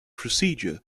procedure